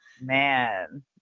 Man